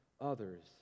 others